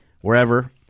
wherever